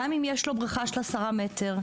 גם אם יש לו בריכה של עשרה מטר,